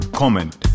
comment